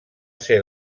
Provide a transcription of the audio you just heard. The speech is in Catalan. ser